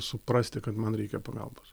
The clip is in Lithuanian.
suprasti kad man reikia pagalbos